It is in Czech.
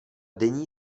denní